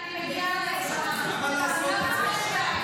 אתה מוציא אותי מהמליאה,